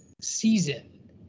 season